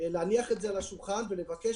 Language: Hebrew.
להניח את זה על השולחן ולבקש